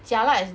jialat as